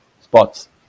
spots